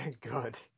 Good